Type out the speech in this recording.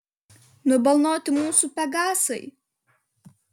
nubalnoti mūsų pegasai